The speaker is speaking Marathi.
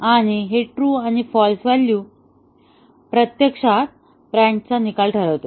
आणि हे ट्रू आणि फाल्स व्हॅल्यू प्रत्यक्षात ब्रँचचा निकाल ठरवते